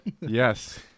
Yes